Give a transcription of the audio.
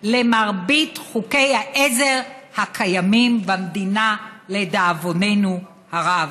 למרבית חוקי העזר הקיימים במדינה, לדאבוננו הרב.